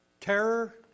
terror